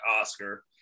Oscar